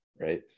right